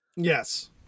Yes